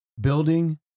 building